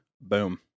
Boom